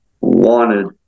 wanted